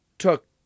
took